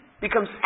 Becomes